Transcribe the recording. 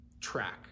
track